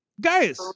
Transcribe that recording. Guys